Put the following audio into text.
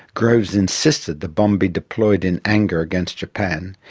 groves insisted the bomb be deployed in anger against japan,